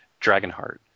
Dragonheart